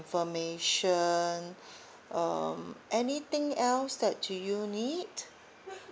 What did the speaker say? information um anything else that do you need